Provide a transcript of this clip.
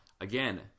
again